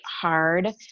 hard